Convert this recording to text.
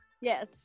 Yes